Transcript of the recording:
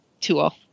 tool